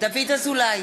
דוד אזולאי,